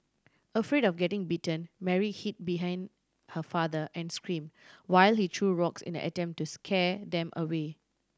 afraid of getting bitten Mary hid behind her father and screamed while he threw rocks in an attempt to scare them away